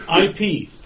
IP